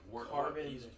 carbon